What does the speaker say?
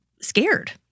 scared